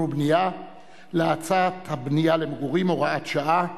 ובנייה להאצת הבנייה למגורים (הוראת שעה),